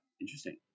Interesting